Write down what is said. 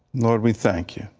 we thank you.